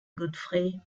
godfrey